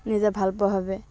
নিজে ভালপোৱাভাৱে